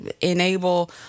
enable